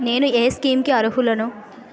నేను ఏ స్కీమ్స్ కి అరుహులను?